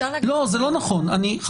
זה לא נכון,